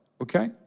Okay